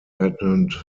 independent